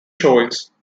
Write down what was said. showings